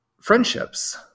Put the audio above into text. friendships